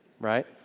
right